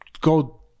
go